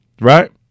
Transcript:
right